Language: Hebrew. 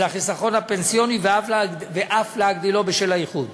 החיסכון הפנסיוני ואף להגדילו בשל האיחוד.